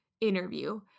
interview